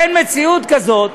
אין מציאות כזאת,